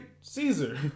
Caesar